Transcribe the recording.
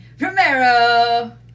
Romero